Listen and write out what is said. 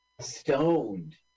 stoned